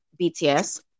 BTS